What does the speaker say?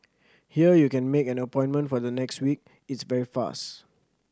here you can make an appointment for the next week it's very fast